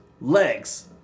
legs